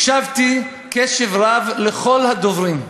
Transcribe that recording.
הקשבתי קשב רב לכל הדוברים,